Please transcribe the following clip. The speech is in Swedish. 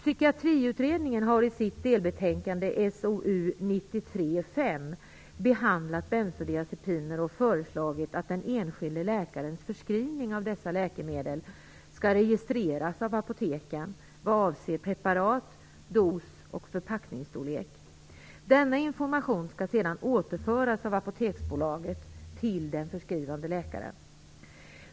SOU 1993:5, behandlat bensodiazepiner och föreslagit att den enskilde läkarens förskrivning av dessa läkemedel skall registreras av apoteken vad avser preparat, dos och förpackningsstorlek. Denna information skall sedan återföras av Apoteksbolaget till den förskrivande läkaren.